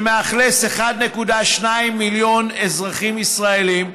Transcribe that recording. שמאכלס 1.2 מיליון אזרחים ישראלים,